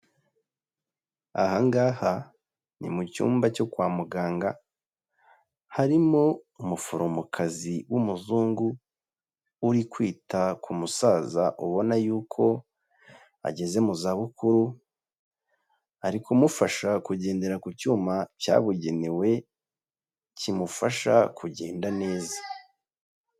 Aha ngaha ni mu cyumba cyo kwa muganga, harimo umuforomokazi w'umuzungu, uri kwita ku musaza ubona yuko ageze mu zabukuru, ari kumufasha kugendera ku cyuma cyabugenewe, kimufasha kugenda neza.